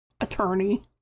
attorney